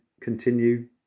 continue